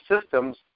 systems